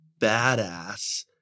badass